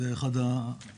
זאת אחת הבעיות,